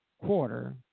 quarter